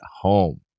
home